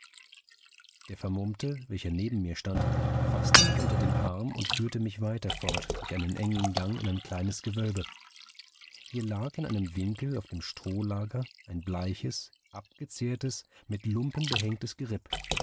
der vermummte welcher neben mir stand faßte mich unter den arm und führte mich weiter fort durch einen engen gang in ein kleines gewölbe hier lag in einem winkel auf dem strohlager ein bleiches abgezehrtes mit lumpen behängtes geripp